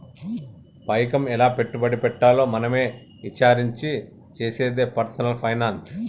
పైకం ఎలా పెట్టుబడి పెట్టాలో మనమే ఇచారించి చేసేదే పర్సనల్ ఫైనాన్స్